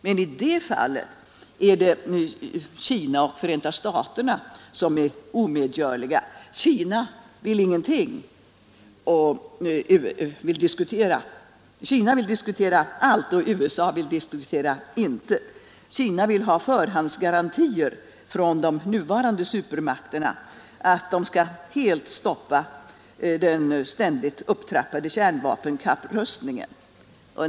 Men i det fallet är det Kina och Förenta staterna som är omedgörliga. Kina vill diskutera allt och USA intet. Kina vill ha förhandsgarantier från de nuvarande supermakterna att de helt skall stoppa sin ständigt upptrappade kärnvapenkapprustning.